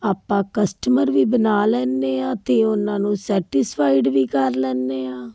ਆਪਾਂ ਕਸਟਮਰ ਵੀ ਬਣਾ ਲੈਂਦੇ ਹਾਂ ਅਤੇ ਉਹਨਾਂ ਨੂੰ ਸੈਟਿਸਫਾਈਡ ਵੀ ਕਰ ਲੈਂਦੇ ਹਾਂ